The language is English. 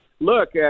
Look